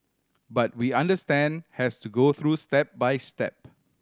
but we understand has to go through step by step